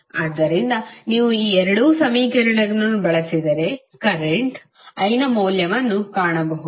ಆದ್ದರಿಂದ ನೀವು ಈ 2 ಸಮೀಕರಣಗಳನ್ನು ಬಳಸಿದರೆ ಕರೆಂಟ್ I ನ ಮೌಲ್ಯವನ್ನು ಕಾಣಬಹುದು